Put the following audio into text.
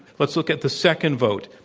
let's look at the second vote.